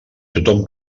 tothom